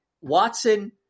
Watson